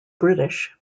british